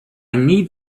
need